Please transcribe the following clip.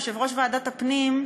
יושב-ראש ועדת הפנים,